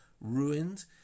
ruined